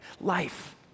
Life